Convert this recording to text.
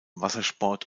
wassersport